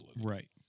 Right